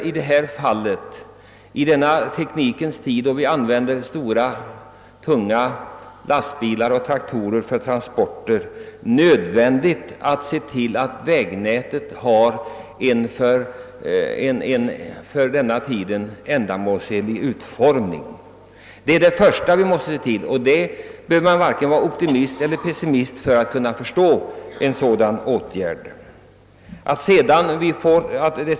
I denna teknikens tid, då vi använder stora och tunga lastbilar och traktorer för transporter, är det nödvändigt att se till att vägnätet får en tidsenlig utformning. Att det är det första vi måste göra torde väl inte vara svårt att förstå, herr Persson i Skänninge.